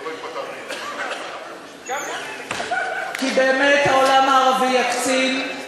לא רואים פה את, כי באמת העולם הערבי יקצין,